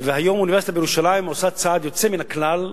והיום האוניברסיטה בירושלים עושה צעד יוצא מן הכלל,